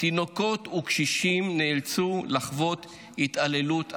ותינוקות וקשישים נאלצו לחוות התעללות אכזרית.